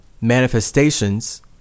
manifestations